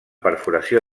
perforació